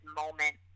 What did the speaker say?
moment